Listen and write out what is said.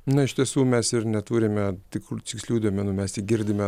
na iš tiesų mes ir neturime tikrų tikslių duomenų mes girdime